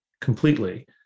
completely